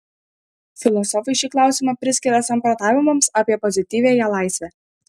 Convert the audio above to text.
filosofai šį klausimą priskiria samprotavimams apie pozityviąją laisvę